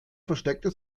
versteckte